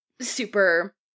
super –